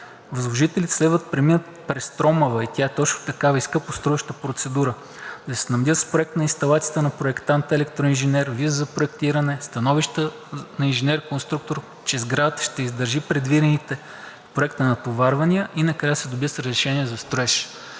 възложителите следва да преминат през тромава“ – и тя е точно такава, и скъпоструваща процедура – да се снабдят с проект на инсталацията на проектанта-електроинженер, виза за проектиране, становище на инженер-конструктор, че сградата ще издържи предвидените проектни натоварвания и накрая да се сдобие с разрешение за строеж.“